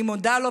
אני מודה לו,